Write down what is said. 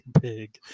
big